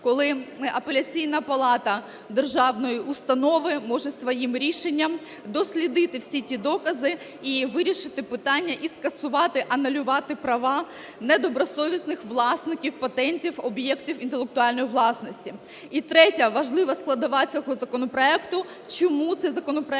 коли Апеляційна палата державної установи може своїм рішенням дослідити всі ті докази і вирішити питання, і скасувати, анулювати права недобросовісних власників патентів об'єктів інтелектуальної власності. І третя важлива складова цього законопроекту, чому цей законопроект